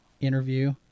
interview